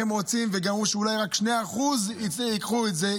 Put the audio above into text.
אמרו גם שאולי רק 2% ייקחו את זה,